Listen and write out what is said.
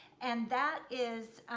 and that is,